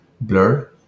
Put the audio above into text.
Blur